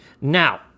Now